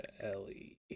Ellie